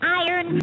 iron